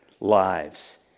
lives